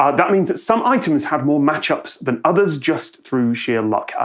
um that means some items had more match-ups than others, just through sheer luck.